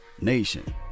nation